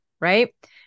Right